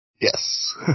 Yes